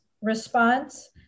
response